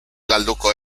galduko